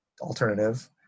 alternative